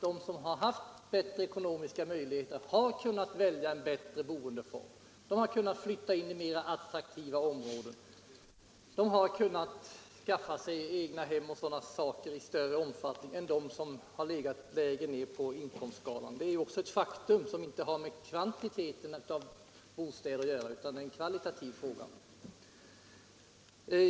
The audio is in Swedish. De som haft bättre ekonomiska möjligheter har kunnat välja en bättre boendeform. De har kunnat flytta in i mer attraktiva områden. De har kunnat skaffa sig egnahem i större omfattning än de som legat längre ned på inkomstskalan. Det är ett faktum som inte har med kvantiteten av bostäder att göra, utan det är en kvalitativ fråga.